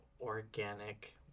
organic